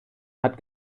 hat